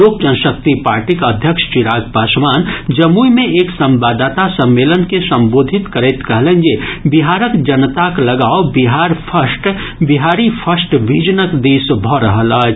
लोक जनशक्ति पार्टीक अध्यक्ष चिराग पासवान जमुई मे एक संवाददाता सम्मेलन के संबोधित करैत कहलनि जे बिहारक जनताक लगाव बिहार फर्स्ट बिहारी फर्स्ट विजनक दिस भऽ रहल अछि